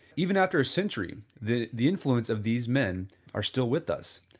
even after a century the the influence of these men are still with us.